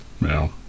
No